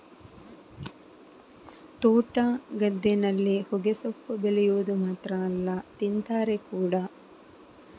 ತೋಟ, ಗದ್ದೆನಲ್ಲಿ ಹೊಗೆಸೊಪ್ಪು ಬೆಳೆವುದು ಮಾತ್ರ ಅಲ್ಲ ತಿಂತಾರೆ ಕೂಡಾ